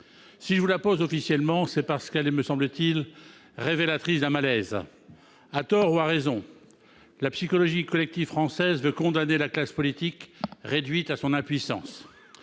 Si je la pose officiellement, c'est parce qu'elle est, me semble-t-il, révélatrice d'un malaise. À tort ou à raison, la psychologie collective française veut condamner la classe politique, réduite à son impuissance.